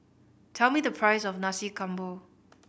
tell me the price of Nasi Campur